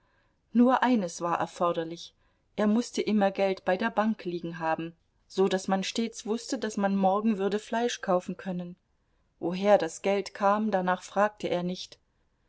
nur eines war erforderlich er mußte immer geld bei der bank liegen haben so daß man stets wußte daß man morgen würde fleisch kaufen können woher das geld kam danach fragte er nicht